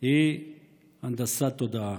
היא הנדסה תודעה.